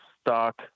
stock